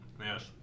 Yes